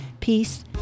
peace